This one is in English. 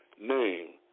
name